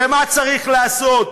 ומה צריך לעשות?